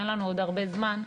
אין לנו עוד הרבה זמן,